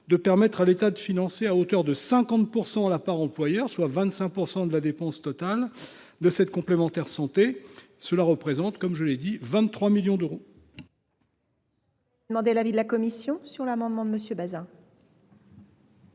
de permettre à l’État de financer à hauteur de 50 % la part employeur, soit 25 % de la dépense totale de cette complémentaire santé. Cela représente un montant de 23 millions d’euros.